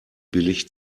billig